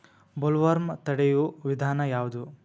Bollworm ತಡಿಯು ವಿಧಾನ ಯಾವ್ದು?